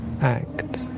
act